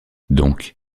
donc